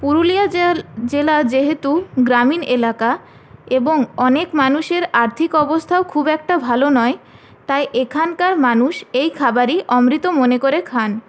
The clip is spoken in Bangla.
পুরুলিয়া জেলা যেহেতু গ্রামীণ এলাকা এবং অনেক মানুষের আর্থিক অবস্থাও খুব একটা ভালো নয় তাই এখানকার মানুষ এই খাবারই অমৃত মনে করে খান